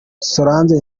solange